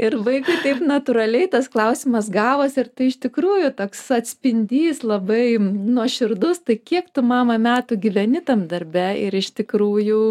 ir vaikui taip natūraliai tas klausimas gavos ir tai iš tikrųjų toks atspindys labai nuoširdus tai kiek tu mama metų gyveni tam darbe ir iš tikrųjų